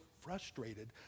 frustrated